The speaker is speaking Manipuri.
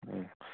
ꯎꯝ